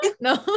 No